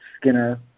Skinner